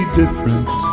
different